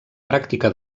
pràctica